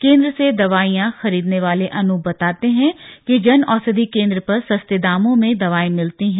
केंद्र से दवाईयां खरीदने वाले अनूप बताते हैं कि जन औषधि केंद्र पर सस्ते दामों में दवाएं मिलती हैं